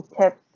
tips